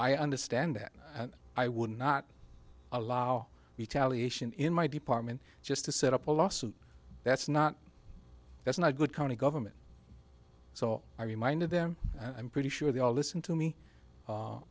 i understand that and i would not allow retaliation in my department just to set up a lawsuit that's not that's not good county government so i reminded them i'm pretty sure they all listen to me